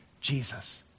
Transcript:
Jesus